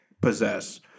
possess